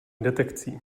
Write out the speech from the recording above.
detekcí